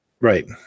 Right